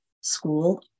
school